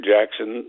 Jackson